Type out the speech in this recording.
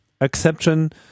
exception